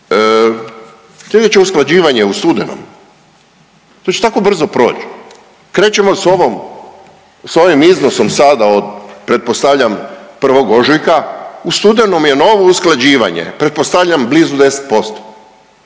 tiče, sljedeće je usklađivanje u studenom. To će tako brzo proći. Krećemo s ovom, ovim iznosom sada od pretpostavljam, 1. ožujka, u studenom je novo usklađivanje, pretpostavljam, blizu 10%.